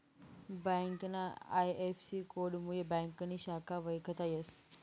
ब्यांकना आय.एफ.सी.कोडमुये ब्यांकनी शाखा वयखता येस